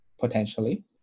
potentially